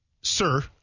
sir –